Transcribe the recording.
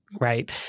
Right